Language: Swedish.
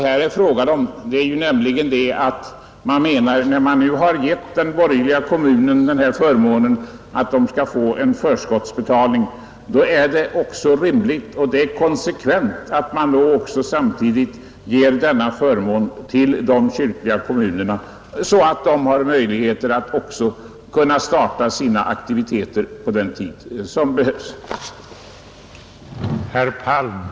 När man nu vill ge den borgerliga kommunen förmånen att få en förskottsbetalning, så är det också rimligt och konsekvent att ge samma förmån till den kyrkliga kommunen, så att den också får möjlighet att starta sina aktiviteter vid den tidpunkt då de behövs.